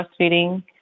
breastfeeding